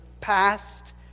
past